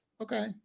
okay